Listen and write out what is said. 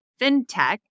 fintech